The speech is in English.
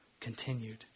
continued